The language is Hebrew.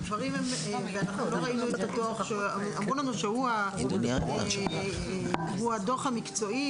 אנחנו לא ראינו דוח שאמרו לנו שהוא הדוח המקצועי